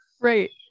Right